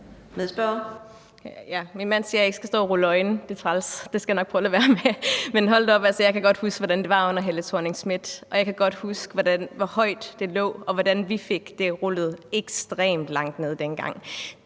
Min mand siger, at jeg ikke skal stå og rulle øjne, for det er træls. Det skal jeg nok prøve at lade være med, men hold da op; jeg kan godt huske, hvordan det var under Helle Thorning-Schmidt, og jeg kan godt huske, hvor højt det lå, og hvordan vi fik det rullet ekstremt langt ned dengang.